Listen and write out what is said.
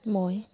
মই